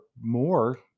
more